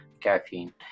caffeine